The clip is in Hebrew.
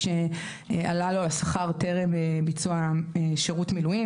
שעלה לו השכר טרם ביצוע שירות המילואים.